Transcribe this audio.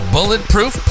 Bulletproof